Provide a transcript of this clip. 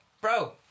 bro